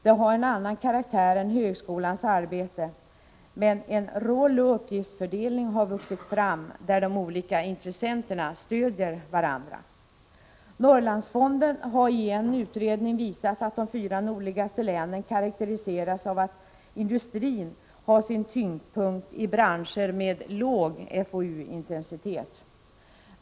Det har en annan karaktär än högskolans arbete, men en rolloch uppgiftsfördelning har vuxit fram, där de olika intressenterna stödjer varandra. Norrlandsfonden har i en utredning visat att de fyra nordligaste länen karakteriseras av att industrin har sin tyngdpunkt i branscher med låg FoU-intensitet.